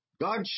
God